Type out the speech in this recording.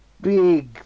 big